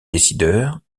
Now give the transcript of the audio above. décideurs